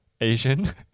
Asian